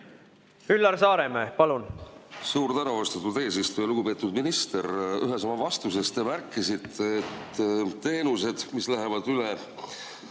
Üllar Saaremäe, palun! Suur tänu, austatud eesistuja! Lugupeetud minister! Ühes oma vastuses te märkisite, et teenused, mis lähevad üle